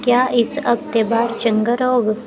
क्या इस हफ्तै बाह्र चंगा रौह्ग